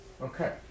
Okay